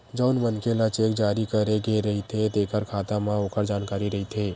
जउन मनखे ल चेक जारी करे गे रहिथे तेखर खाता म ओखर जानकारी रहिथे